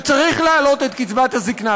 שצריך להעלות את קצבת הזיקנה,